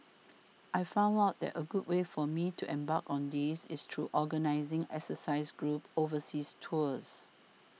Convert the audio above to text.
I found out that a good way for me to embark on this is through organising exercise groups overseas tours